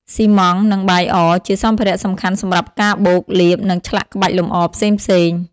ស៊ីម៉ង់ត៍ និងបាយអរ ជាសម្ភារៈសំខាន់សម្រាប់ការបូក លាប និងឆ្លាក់ក្បាច់លម្អផ្សេងៗ។